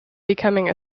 becoming